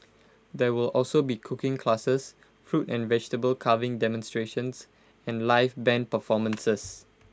there will also be cooking classes fruit and vegetable carving demonstrations and live Band performances